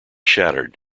shattered